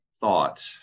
thought